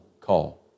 call